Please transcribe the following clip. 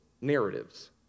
narratives